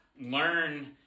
learn